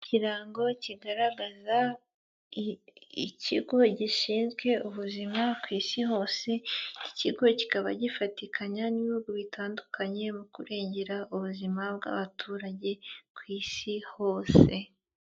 Ikirango kigaragaza ikigo gishinzwe ubuzima ku isi hose, iki kigo kikaba gifatikanya n'ibihugu bitandukanye, mu kurengera ubuzima bw'abaturage ku isi hose.